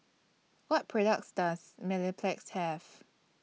What products Does Mepilex Have